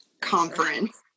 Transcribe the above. Conference